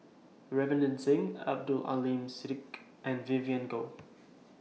Ravinder Singh Abdul Aleem Siddique and Vivien Goh